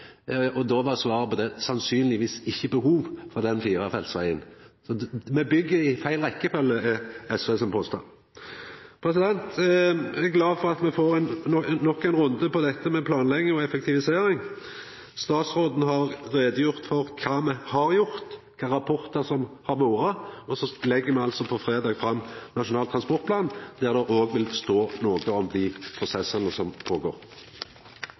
Då var svaret på det at det sannsynlegvis ikkje var behov for den firefelts vegen. Det er SV sin påstand at me byggjer i feil rekkefølgje. Eg er glad for at me får nok ein runde om dette med planlegging og effektivisering. Statsråden har gjort greie for kva me har gjort, og kva for nokre rapportar som har vore, og på fredag legg me fram Nasjonal transportplan, der det òg vil stå noko om dei prosessane som